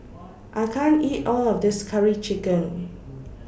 I can't eat All of This Curry Chicken